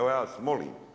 Ja vas molim.